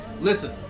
listen